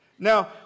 Now